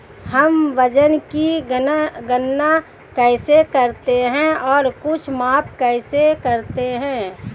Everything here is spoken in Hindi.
हम वजन की गणना कैसे करते हैं और कुछ माप कैसे करते हैं?